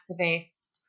activist